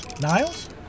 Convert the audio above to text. Niles